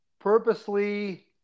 purposely